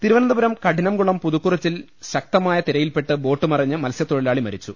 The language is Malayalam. തിരുവനന്തപുരം കഠിനംകുളം പുതുക്കുറിച്ചിൽ ശക്തമായ തിര യിൽപ്പെട്ട് ബോട്ട് മറിഞ്ഞ് മത്സ്യത്തൊഴിലാളി മരിച്ചു